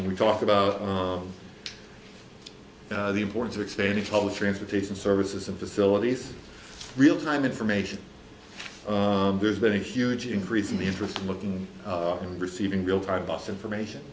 and we talked about the importance of expanding public transportation services and facilities real time information there's been a huge increase in the interest in looking and receiving realtime bus information